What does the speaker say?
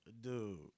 Dude